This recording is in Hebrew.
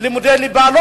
לימודי ליבה,